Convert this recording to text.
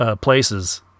places